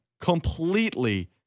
completely